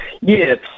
Yes